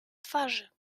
twarzy